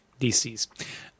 DCs